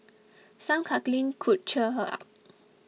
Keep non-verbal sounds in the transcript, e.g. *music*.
*noise* some cuddling could cheer her up *noise*